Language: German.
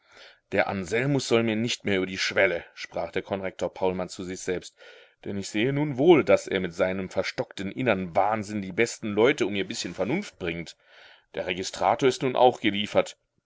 der anselmus soll mir nicht mehr über die schwelle sprach der konrektor paulmann zu sich selbst denn ich sehe nun wohl daß er mit seinem verstockten innern wahnsinn die besten leute um ihr bißchen vernunft bringt der registrator ist nun auch geliefert